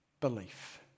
belief